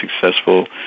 successful